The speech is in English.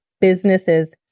businesses